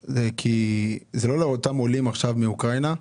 לאותם עולים עכשיו מאוקראינה.